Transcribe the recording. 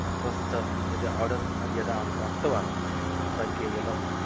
अत्रस्थं यत् आर्डर् यदा अहं प्राप्तवान् तदा केवलम्